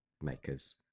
makers